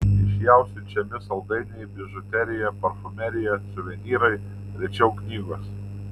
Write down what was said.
iš jav siunčiami saldainiai bižuterija parfumerija suvenyrai rečiau knygos